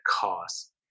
cost